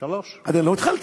שלוש דקות.